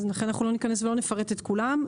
ולכן לא נפרט את כולם.